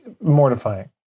mortifying